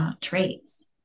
traits